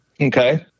Okay